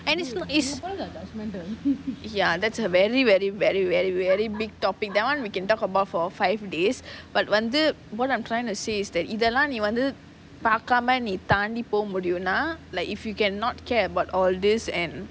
and also is ya that's a very very very very very big topic that [one] we can talk about for five days but வந்து:vanthu what I'm trying to say is that இதலான் வந்து நீ பாக்காம நீ தண்டி போ முடியும்ன்னு:ithalaan vanthu nee paakaamae nee thandi po mudiyumnaa like if you can not care about all this and